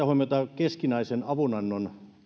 huomiota keskinäisen avunannon